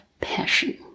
passion